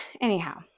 Anyhow